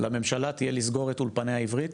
לממשלה תהיה לסגור את אולפני העברית,